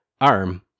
ARM